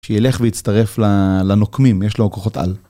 שילך והצטרף לנוקמים, יש לו כוחות על.